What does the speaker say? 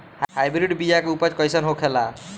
Hybrid बीया के उपज कैसन होखे ला?